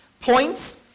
points